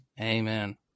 amen